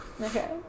Okay